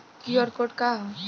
QR code का ह?